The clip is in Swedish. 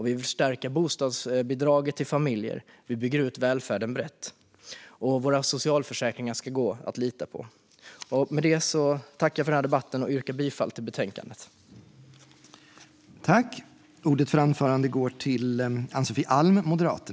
Vi vill förstärka bostadsbidraget till familjer, och vi bygger ut välfärden brett. Våra socialförsäkringar ska gå att lita på. Jag tackar för debatten och yrkar bifall till utskottets förslag i betänkandet.